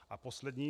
A poslední.